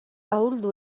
ahuldu